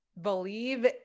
believe